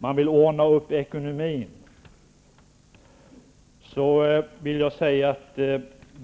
man vill ordna upp ekonomin.